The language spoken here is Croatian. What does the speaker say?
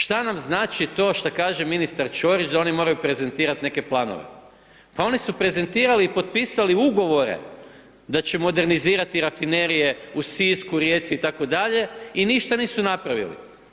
Šta nam znači to što kaže ministar Ćorić da oni moraju prezentirat neke planove, pa oni su prezentirali i potpisali ugovore da će modernizirati Rafinerije u Sisku, Rijeci itd. i ništa nisu napravili.